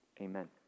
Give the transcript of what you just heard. Amen